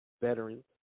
veterans